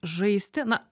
žaisti na